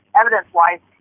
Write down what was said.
evidence-wise